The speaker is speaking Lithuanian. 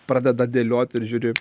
pradeda dėliot ir žiūri